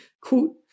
Quote